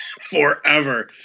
forever